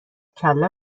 کله